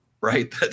right